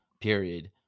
period